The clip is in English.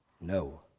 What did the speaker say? No